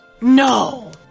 No